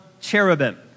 cherubim